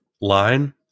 line